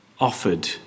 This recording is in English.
offered